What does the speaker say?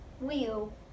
wheel